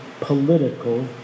political